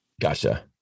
Gotcha